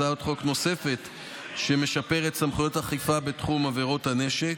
הצעת חוק נוספת שמשפרת את סמכויות האכיפה בתחום עבירות הנשק.